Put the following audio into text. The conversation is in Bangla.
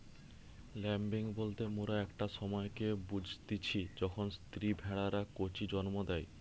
ল্যাম্বিং বলতে মোরা একটা সময়কে বুঝতিচী যখন স্ত্রী ভেড়ারা কচি জন্ম দেয়